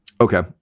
Okay